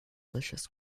delicious